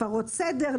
הפרות סדר,